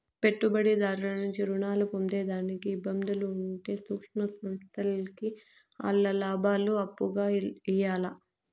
పెట్టుబడిదారుల నుంచి రుణాలు పొందేదానికి ఇబ్బందులు ఉంటే సూక్ష్మ సంస్థల్కి ఆల్ల లాబాలు అప్పుగా ఇయ్యాల్ల